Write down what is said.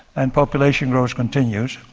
and population growth continues.